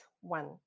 one